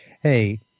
Hey